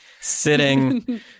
sitting